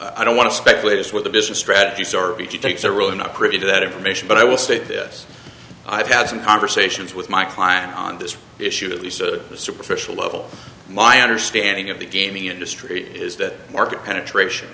i don't want to speculate as to what the business strategies are the takes are really not privy to that information but i will state this i've had some conversations with my client on this issue at least a superficial level my understanding of the gaming industry is that market penetration